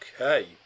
Okay